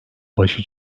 başı